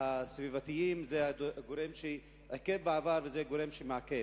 זה הגורם שעיכב בעבר וזה הגורם שמעכב.